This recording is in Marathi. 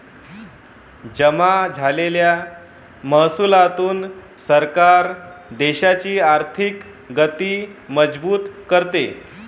जमा झालेल्या महसुलातून सरकार देशाची आर्थिक गती मजबूत करते